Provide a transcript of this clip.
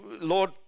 Lord